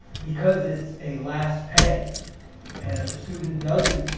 because it's a last pay and if a student doesn't